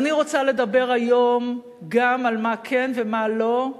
אבל אני רוצה לדבר היום גם על מה כן ומה לא,